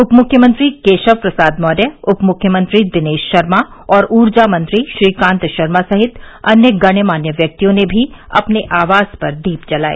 उपमुख्यमंत्री केशव प्रसाद मौर्य उपमुख्यमंत्री दिनेश शर्मा और ऊर्जा मंत्री श्रीकान्त शर्मा सहित अन्य गणमान्य व्यक्तियों ने भी अपने आवास पर दीप जलाए